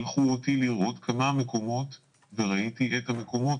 שלחו אותי לראות כמה מקומות וראיתי את המקומות.